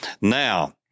Now